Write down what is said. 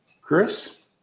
Chris